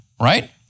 right